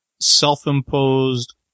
self-imposed